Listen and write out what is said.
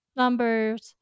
numbers